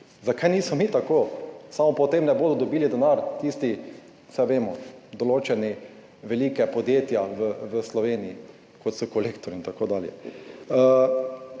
Zakaj nismo mi tako? Samo potem ne bodo dobila denar tista, saj vemo, določena velika podjetja v Sloveniji, kot so Kolektor in tako dalje.